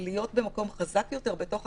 להיות במקום חזק יותר בתהליך